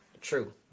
True